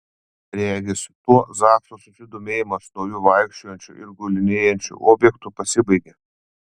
regis tuo zakso susidomėjimas nauju vaikščiojančiu ir gulinėjančiu objektu pasibaigė